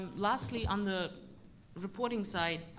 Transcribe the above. and lastly, on the reporting side,